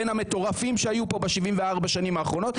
בין המטורפים שהיו פה ב-74 השנים האחרונות,